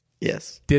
Yes